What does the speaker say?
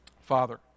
Father